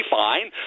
fine